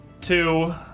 two